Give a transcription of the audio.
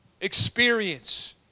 experience